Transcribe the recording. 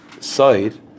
Side